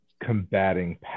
combating